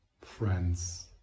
friends